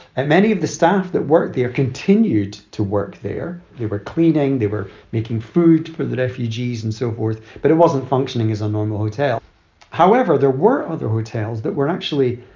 and many of the staff that worked there continued to work there. they were cleaning. they were making food for the refugees and so forth. but it wasn't functioning as a normal hotel however, there were other hotels that we're actually